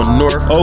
north